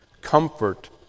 comfort